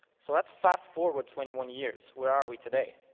so let's fast forward twenty one years, where are we today?